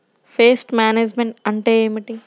Pest management అంటే ఏమిటి?